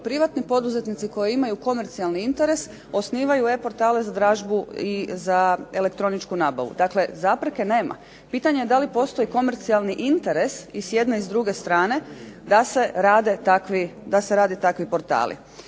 privatni poduzetnici koji imaju komercijalni interes osnivaju e-portale za dražbu i elektroničku nabavu. Dakle, zapreke nema. Pitanje je da li postoji komercijalni interes i s jedne i druge strane da se rade takvi portali.